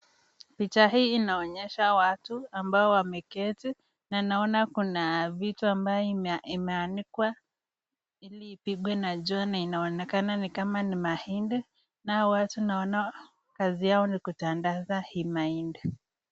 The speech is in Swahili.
Picha hii inaonyesha watu ambao wameketi na ninaona kuna vitu ambayo inaanikwa ili ipigwe na jua na inaonekana ni kama ni mahindi na hawa watu naona kazi yao ni kutandaza hii mahindi.